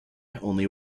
only